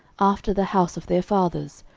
after the house of their fathers,